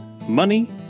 money